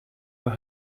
will